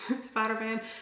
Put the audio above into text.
Spider-Man